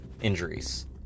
Injuries